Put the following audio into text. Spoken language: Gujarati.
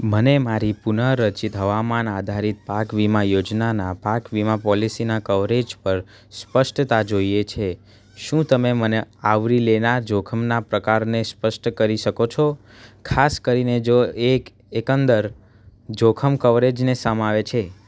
મને મારી પુનઃરચિત હવામાન આધારિત પાક વીમા યોજના પાક વીમા પોલિસીના કવરેજ પર સ્પષ્ટતા જોઈએ છે શું તમે તે આવરી લેનારા જોખમોના પ્રકારોને સ્પષ્ટ કરી શકો છો ખાસ કરીને જો એ એકંદર જોખમ કવરેજને સમાવે છે